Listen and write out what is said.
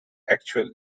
actual